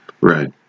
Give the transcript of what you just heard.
Right